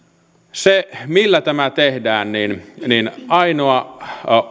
se millä tämä tehdään ainoa